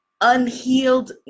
unhealed